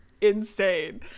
Insane